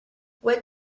what